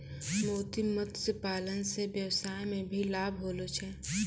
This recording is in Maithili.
मोती मत्स्य पालन से वेवसाय मे भी लाभ होलो छै